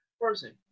Person